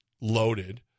loaded